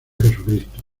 jesucristo